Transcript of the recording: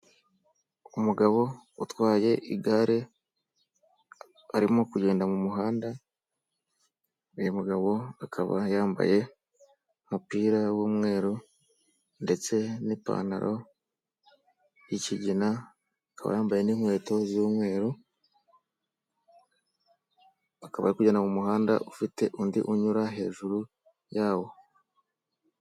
Umugabo utwaye igare arimo kugenda mu muhanda, uyu mugabo akaba yambaye umupira w'umweru ndetse n'ipantalo y'ikigina, aka wa y'ambaye n'inkweto z'umweru akaba ari kugenda mu muhanda ufite undi unyura hejuru yawo.